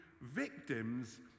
victims